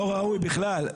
לא ראוי בכלל.